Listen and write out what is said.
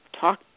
talk